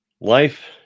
Life